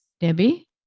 Debbie